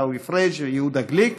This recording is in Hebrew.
עיסאווי פריג' ויהודה גליק.